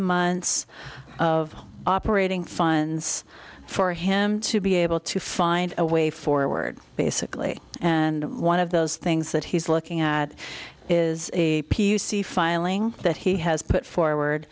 months of operating funds for him to be able to find a way forward basically and one of those things that he's looking at is a p c filing that he has put forward